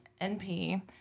NP –